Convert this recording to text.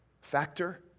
factor